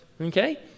Okay